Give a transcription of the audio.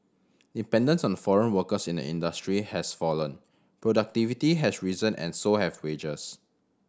dependence on foreign workers in the industry has fallen productivity has risen and so have wages